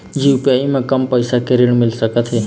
UPI म कम पैसा के ऋण मिल सकथे?